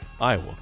Iowa